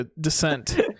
descent